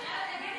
מה את מבינה,